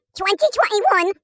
2021